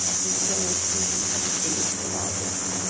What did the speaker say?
in the smallest places equally with the largest,